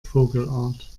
vogelart